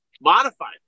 Modified